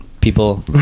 people